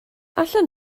allan